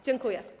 Dziękuję.